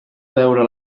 veure